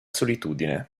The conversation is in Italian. solitudine